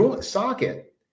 socket